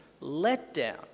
letdown